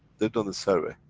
they've done a survey,